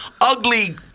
ugly